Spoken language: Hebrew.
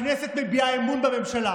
הכנסת מביעה אמון בממשלה.